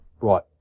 right